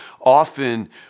often